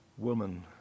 woman